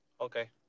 okay